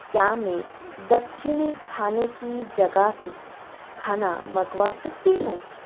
क्या मैं दक्षिणी खाने की जगह से खाना मँगवा सकती हूँ